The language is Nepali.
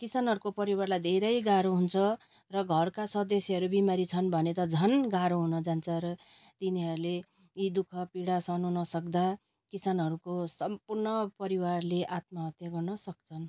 किसानहरूको परिवारलाई धैरे गाह्रो हुन्छ र घरका सदस्यहरू बिमारी छन् भने त झन गाह्रो हुनजान्छ र तिनीहरूले यी दुःख पिडा सहनु नसक्दा किसानहरूको सम्पूर्ण परिवारले आत्महत्या गर्न सक्छन्